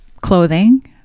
clothing